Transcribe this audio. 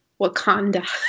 Wakanda